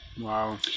Wow